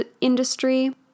industry